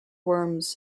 worms